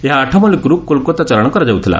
ଏହା ଆଠମଲ୍ଲିକରୁ କୋଲକାତା ଚାଲାଶ କରାଯାଉଥିଲା